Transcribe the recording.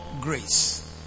grace